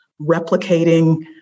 replicating